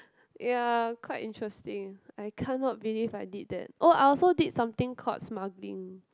ya quite interesting I cannot believe I did that oh I also did something called smuggling